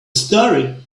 story